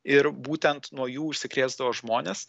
ir būtent nuo jų užsikrėsdavo žmonės